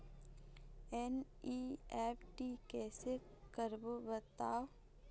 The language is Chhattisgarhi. एन.ई.एफ.टी कैसे करबो बताव?